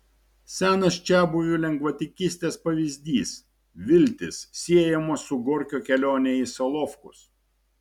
senas čiabuvių lengvatikystės pavyzdys viltys siejamos su gorkio kelione į solovkus